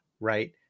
right